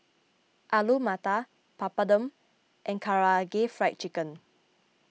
Alu Matar Papadum and Karaage Fried Chicken